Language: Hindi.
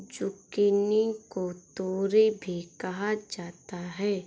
जुकिनी को तोरी भी कहा जाता है